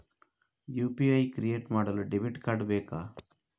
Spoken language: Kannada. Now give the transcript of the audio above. ಯು.ಪಿ.ಐ ಕ್ರಿಯೇಟ್ ಮಾಡಲು ಡೆಬಿಟ್ ಕಾರ್ಡ್ ಬೇಕಾ?